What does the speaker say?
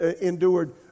endured